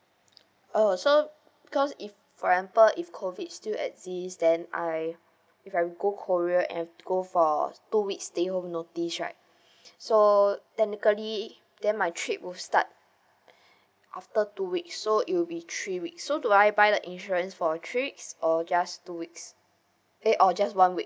oh so cause if for example if COVID still exist then I if I go korea and go for two weeks stay home notice right so technically then my trip will start after two weeks so it will be three weeks so do I buy the insurance for three weeks or just two weeks eh or just one week